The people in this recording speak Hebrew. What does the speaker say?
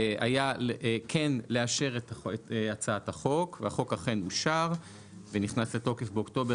היה כן לאשר את הצעת החוק והחוק אכן אושר ונכנס לתוקף באוקטובר